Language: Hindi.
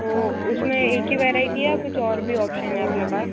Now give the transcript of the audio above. तो उस में एक ही वैराइटी या कुछ और भी ऑप्शन है अपने पास